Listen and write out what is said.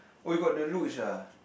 oh you got the luge ah